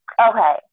Okay